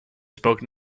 spoken